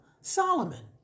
Solomon